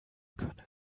können